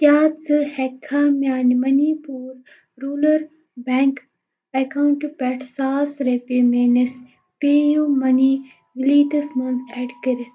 کیٛاہ ژٕ ہٮ۪کٕکھا میٛانہِ مٔنی پوٗر روٗرَل بیٚنٛک اکاونٹہٕ پٮ۪ٹھ ساس رۄپیہٕ میٛٲنِس پے یوٗ مٔنی وِیلیٹَس منٛز ایڈ کٔرِتھ